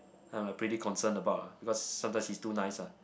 I'm like pretty concerned about ah because sometimes he's too nice ah